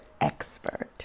expert